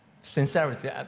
Sincerity